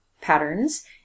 patterns